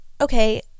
okay